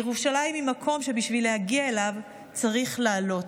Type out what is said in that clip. ירושלים היא מקום שבשביל להגיע אליו צריך לעלות,